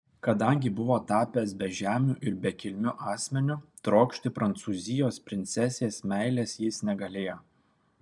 kadangi buvo tapęs bežemiu ir bekilmiu asmeniu trokšti prancūzijos princesės meilės jis negalėjo